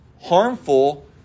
harmful